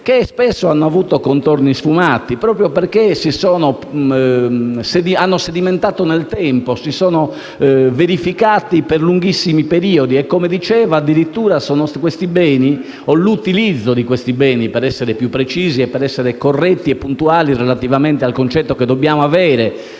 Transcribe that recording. che spesso hanno avuto contorni sfumati proprio perché hanno sedimentato nel tempo, si sono verificati per lunghissimi periodi e, come dicevo, addirittura questi beni o il loro utilizzo - per essere più precisi, corretti e puntuali relativamente al concetto che dobbiamo avere